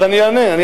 אני אענה.